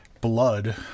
blood